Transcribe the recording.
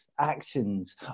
actions